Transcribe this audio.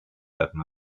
werden